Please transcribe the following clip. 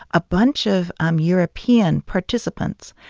a bunch of um european participants.